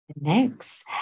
Next